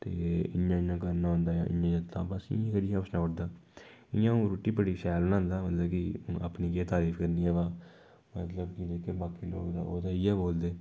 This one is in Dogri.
ते इ'यां इ'यां करना होंदा जां बस इ'यां अ'ऊं रुट्टी बड़ी शैल बनांदा मतलब कि अपनी केह् तरीफ करनी अबा मतलब कि जेह्की बाकी लोग न ओह् ते इ'यै बोलदे